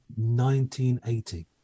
1980